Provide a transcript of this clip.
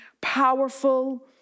powerful